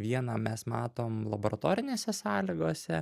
vieną mes matom laboratorinėse sąlygose